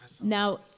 Now